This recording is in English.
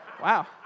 Wow